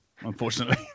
unfortunately